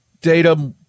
data